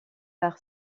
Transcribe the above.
par